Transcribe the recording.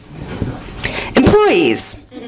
Employees